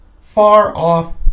far-off